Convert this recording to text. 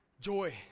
Joy